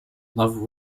love